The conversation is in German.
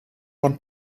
von